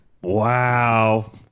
wow